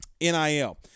NIL